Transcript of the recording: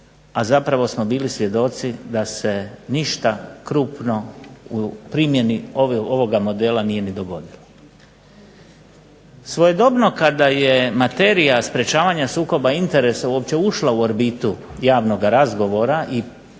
a zapravo smo bili svjedoci da se ništa krupno u primjeni ovoga modela nije ni dogodilo. Svojedobno kada je materija sprječavanja sukoba interesa uopće ušla u orbitu javnoga razgovora i kad